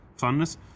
funness